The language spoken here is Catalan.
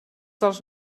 dels